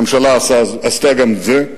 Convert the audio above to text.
הממשלה עשתה גם את זה.